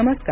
नमस्कार